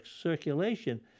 circulation